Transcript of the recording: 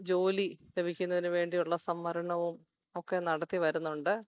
ജോലി ലഭിക്കുന്നതിന് വേണ്ടിയുള്ള സംവരണവും ഒക്കെ നടത്തി വരുന്നുണ്ട്